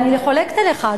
אני חולקת עליך,